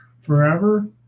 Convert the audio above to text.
forever